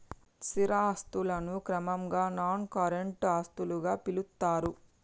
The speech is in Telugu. స్థిర ఆస్తులను క్రమంగా నాన్ కరెంట్ ఆస్తులుగా పిలుత్తరు